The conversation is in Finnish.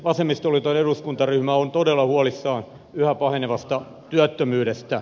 vasemmistoliiton eduskuntaryhmä on todella huolissaan yhä pahenevasta työttömyydestä